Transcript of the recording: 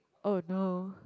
oh no